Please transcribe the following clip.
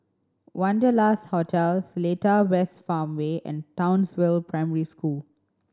Wanderlust Hotel Seletar West Farmway and Townsville Primary School